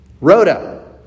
Rhoda